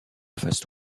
face